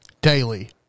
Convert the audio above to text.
Daily